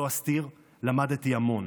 לא אסתיר, למדתי המון.